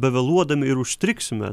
bevėluodami ir užstrigsime